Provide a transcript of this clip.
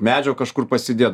medžio kažkur pasidėt